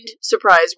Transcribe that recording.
surprise